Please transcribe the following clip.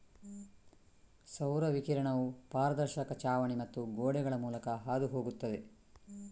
ಸೌರ ವಿಕಿರಣವು ಪಾರದರ್ಶಕ ಛಾವಣಿ ಮತ್ತು ಗೋಡೆಗಳ ಮೂಲಕ ಹಾದು ಹೋಗುತ್ತದೆ